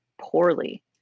poorly